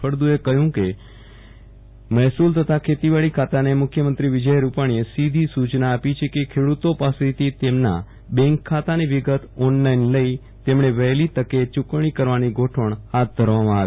ફળદ્દુએ કહ્યું હતું કે મહેસુલ તથા ખેતીવાડી ખાતાને મુખ્યમંત્રી વીજય રૂપાણીએ સીધી સૂચના આપી છે કે ખેડૂતો પાસેથી તેમના બેંક ખાતાની વિગત ઓનલાઈન લઈ તેમણે વહેલી તકે ચુકવણી કરવાની ગોઠવણ હાથ ધરવામાં આવે